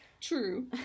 True